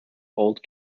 old